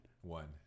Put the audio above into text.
One